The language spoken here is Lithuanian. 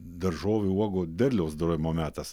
daržovių uogų derliaus dorojimo metas